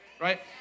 Right